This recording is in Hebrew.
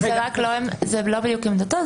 זה לא בדיוק עמדתו,